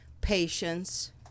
patience